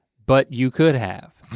but you could have.